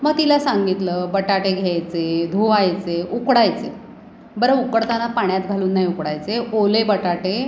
मग तिला सांगितलं बटाटे घ्यायचे धुवायचे उकडायचे बरं उकडताना पाण्यात घालून नाही उकडायचे ओले बटाटे